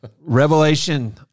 Revelation